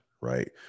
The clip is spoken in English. right